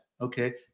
Okay